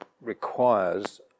requires